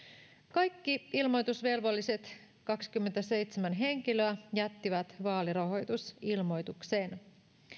kaikki ilmoitusvelvolliset kaksikymmentäseitsemän henkilöä jättivät vaalirahoitusilmoituksen